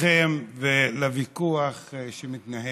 לכם ולוויכוח שמתנהל,